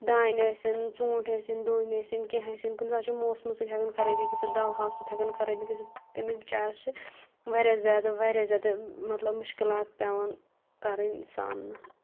دانہِ ٲسِن ژوٗنٛٹھۍ ٲسِن ڈوٗنۍ ٲسِن کیٚنٛہہ ٲسِن کُنۍ ساتہٕ چھُ موسمہٕ سۭتۍ ہٮ۪کان خرٲبی گٔژھِتھ دَوٕہاو سۭتۍ ہٮ۪کان خرٲبی گٔژھِتھ تٔمِس بِچارَس چھِ واریاہ زیادٕ واریاہ زیادٕ مطلب مُشکِلات پٮ۪وان کَرٕنۍ سامنہٕ